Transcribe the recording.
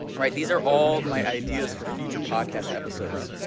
right these are all my ideas for future podcast episodes,